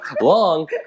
Long